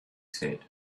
said